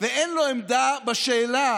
ואין לא עמדה בשאלה